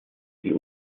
die